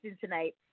tonight